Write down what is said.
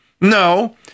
No